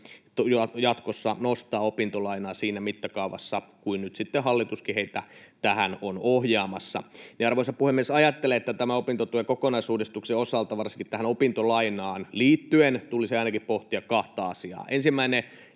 jatkossa nostaa opintolainaa siinä mittakaavassa kuin nyt sitten hallituskin heitä tähän on ohjaamassa. Arvoisa puhemies! Ajattelen, että tämän opintotuen kokonaisuudistuksen osalta varsinkin tähän opintolainaan liittyen tulisi pohtia ainakin kahta asiaa. Ensimmäinen